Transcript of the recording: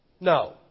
No